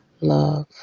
love